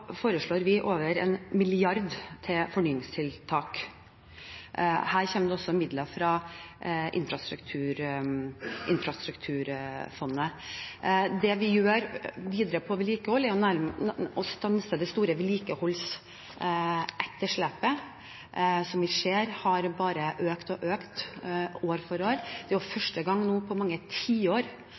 foreslår vi over 1 mrd. kr til fornyingstiltak. Her kommer det også midler fra infrastrukturfondet. Det vi gjør videre på vedlikehold, er å stanse det store vedlikeholdsetterslepet, som vi ser bare har økt og økt år for år. Det er jo første gang nå på mange tiår